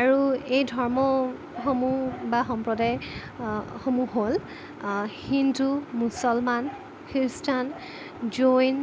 আৰু এই ধৰ্মসমূহ বা সম্প্ৰদায় সমূহ হ'ল হিন্দু মুছলমান খ্ৰীষ্টান জৈন